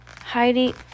heidi